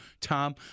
Tom